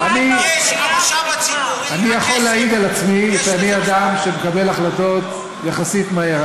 אני מקווה שכשהיית מצביא ביקשת קצת יותר זמן להיערכות.